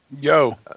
Yo